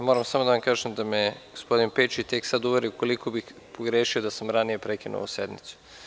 Moram da vam kažem da me je gospodin Pejčić tek sada uverio koliko bih pogrešio da sam ranije prekinuo ovu sednicu.